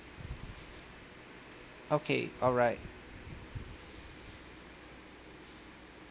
okay alright